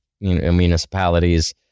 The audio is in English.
municipalities